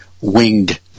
winged